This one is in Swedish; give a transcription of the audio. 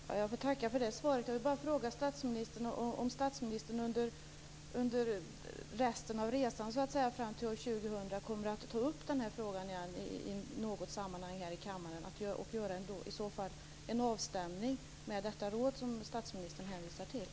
Fru talman! Jag får tacka för det svaret. Jag vill bara fråga om statsministern under tiden fram till år 2000 kommer att ta upp den här frågan i något sammanhang här i kammaren och göra en avstämning med den delegation som statsministern hänvisar till.